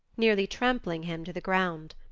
nearly trampling him to the ground.